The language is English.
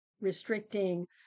restricting